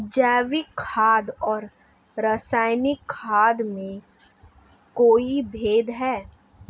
जैविक खाद और रासायनिक खाद में कोई भेद है?